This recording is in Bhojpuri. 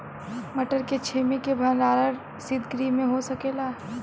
मटर के छेमी के भंडारन सितगृह में हो सकेला?